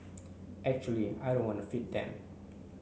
actually I don't want to feed them